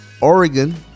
Oregon